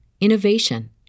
innovation